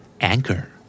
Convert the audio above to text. anchor